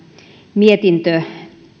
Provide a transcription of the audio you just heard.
mietintö